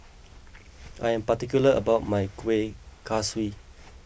I am particular about my Kuih Kaswi